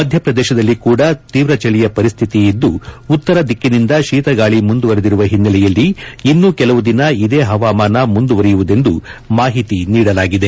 ಮಧ್ಯಪ್ರದೇಶದಲ್ಲಿ ಕೂಡ ತೀವ್ರಚಳಿಯ ಪರಿಸ್ಡಿತಿ ಇದ್ದು ಉತ್ತರ ದಿಕ್ಕಿನಿಂದ ಶೀತಗಾಳಿ ಮುಂದುವರದಿರುವ ಹಿನ್ನೆಲೆಯಲ್ಲಿ ಇನ್ನೂ ಕೆಲವು ದಿನ ಇದೇ ಹವಾಮಾನ ಮುಂದುವರೆಯುವುದೆಂದು ಮಾಹಿತಿ ನೀಡಲಾಗಿದೆ